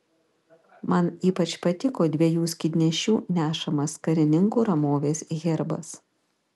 man ypač patiko dviejų skydnešių nešamas karininkų ramovės herbas